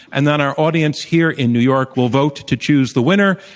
and then our audience here in new york will vote to choose the winner,